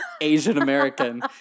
Asian-American